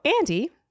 Andy